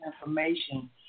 information